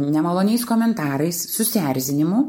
nemaloniais komentarais susierzinimu